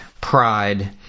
pride